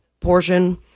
portion